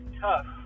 tough